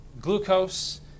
glucose